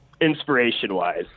inspiration-wise